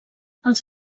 els